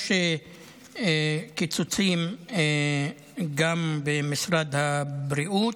יש קיצוצים גם במשרד הבריאות.